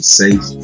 safe